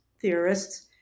theorists